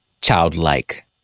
childlike